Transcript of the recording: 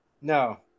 No